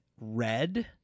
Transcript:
red